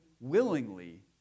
willingly